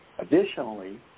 Additionally